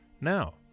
Now